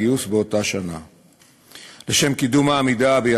לגבש אמצעים שיסייעו לקידום שילובם של בני